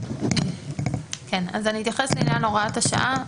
אני אתייחס לעניין הוראת השעה.